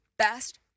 Best